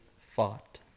fought